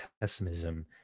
pessimism